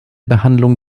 behandlung